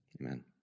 Amen